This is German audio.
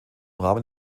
rahmen